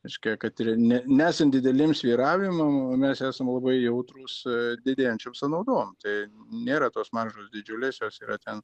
reiškia kad ir ne nesant dideliem svyravimam o mes esam labai jautrūs didėjančiom sąnaudom tai nėra tos maržos didžiulės jos yra ten